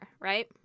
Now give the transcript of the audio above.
right